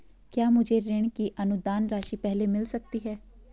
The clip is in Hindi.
क्या मुझे ऋण की अनुदान राशि पहले मिल सकती है?